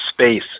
space